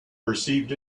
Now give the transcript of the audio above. perceived